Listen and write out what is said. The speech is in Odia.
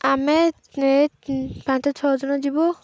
ଆମେ ପାଞ୍ଚ ଛଅ ଜଣ ଯିବୁ